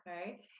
okay